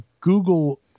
Google